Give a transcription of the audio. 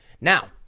Now